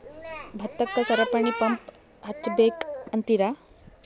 ಭತ್ತಕ್ಕ ಸರಪಣಿ ಪಂಪ್ ಹಚ್ಚಬೇಕ್ ಅಂತಿರಾ?